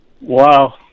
Wow